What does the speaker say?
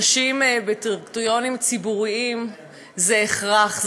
נשים בדירקטוריונים ציבוריים זה הכרח,